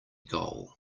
goal